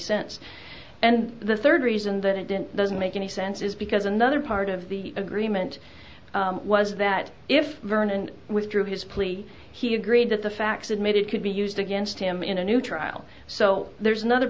sense and the third reason that it didn't doesn't make any sense is because another part of the agreement was that if vernon withdrew his plea he agreed that the facts admitted could be used against him in a new trial so there's another